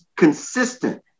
Consistent